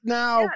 now